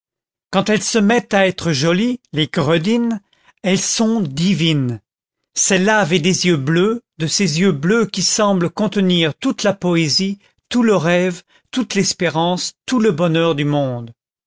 quand elles se mettent à être jolies les gredines elles sont divines celle-là avait des yeux bleus de ces yeux bleus qui semblent contenir toute la poésie tout le rêve toute l'espérance tout le bonheur du monde